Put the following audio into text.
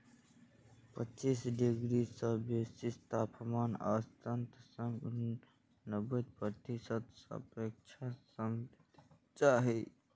पच्चीस डिग्री सं बेसी तापमान आ सत्तर सं नब्बे प्रतिशत सापेक्ष आर्द्रता चाही